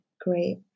great